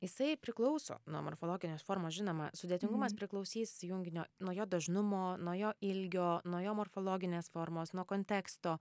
jisai priklauso nuo morfologinės formos žinoma sudėtingumas priklausys junginio nuo jo dažnumo nuo jo ilgio nuo jo morfologinės formos nuo konteksto